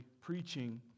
preaching